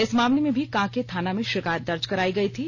इस मामले में भी कांके थाना में शिकायत दर्ज कराई गई थी